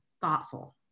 Thoughtful